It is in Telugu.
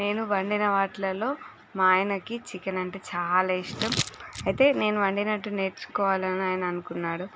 నేను వండిన వాటిల్లో మా ఆయనకి చికెన్ అంటే చాలా ఇష్టం అయితే నేను వండినట్టు నేర్చుకోవాలి అని ఆయన అనుకున్నారు